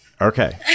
Okay